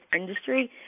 industry